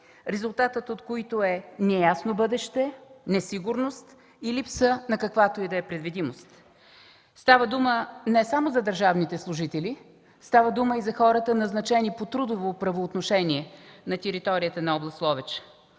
резултатът от които е неясно бъдеще, несигурност и липса на каквато и да е предвидимост. Става дума не само за държавните служители, става дума и за хората, назначени по трудово правоотношение на територията на област Ловеч.